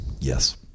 Yes